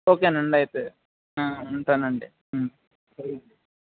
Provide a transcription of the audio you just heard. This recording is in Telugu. ఓకేనండి అయితే ఉంటానండి